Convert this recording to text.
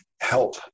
help